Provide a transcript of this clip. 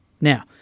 now